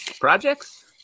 projects